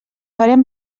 farem